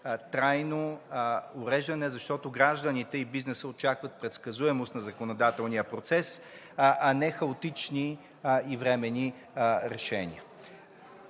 трайно уреждане, защото гражданите и бизнесът очакват предсказуемост на законодателния процес, а не хаотични и временни решения.